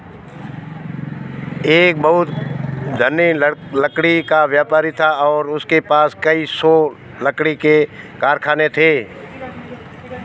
एक बहुत धनी लकड़ी का व्यापारी था और उसके पास कई सौ लकड़ी के कारखाने थे